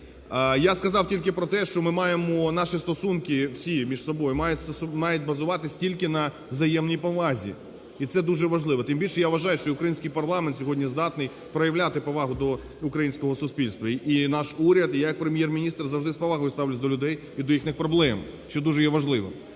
Я сказав тільки про те, що ми маємо… наші стосунки всі між собою мають базуватися тільки на взаємній повазі. І це дуже важливо. Тим більше, я вважаю, що український парламент сьогодні здатний проявляти повагу до українського суспільства. І наш уряд, і я як Прем'єр-міністр завжди з повагою ставлюся до людей і до їхніх проблем, що дуже є важливим.